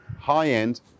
high-end